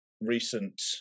recent